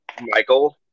Michael